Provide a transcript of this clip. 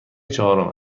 چهارم